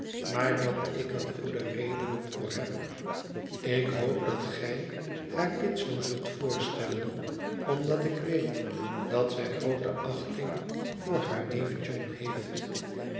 maar dat ik er goede redenen voor heb ik hoop dat gij haar dit zoo zult voorstellen omdat ik weet dat zij groote achting voor haar neef john heeft